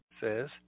says